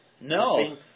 No